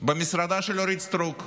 במשרדה של אורית סטרוק.